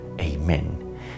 Amen